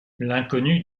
l’inconnu